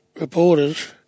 reporters